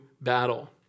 battle